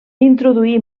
introduí